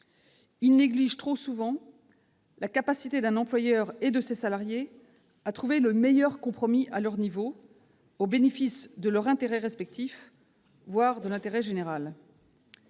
Il néglige trop souvent la capacité d'un employeur et de ses salariés à trouver le meilleur compromis à leur niveau, au bénéfice de leurs intérêts respectifs, voire de l'intérêt général.